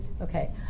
Okay